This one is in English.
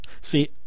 See